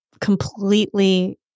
completely